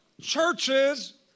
churches